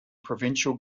provincial